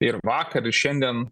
ir vakar ir šiandien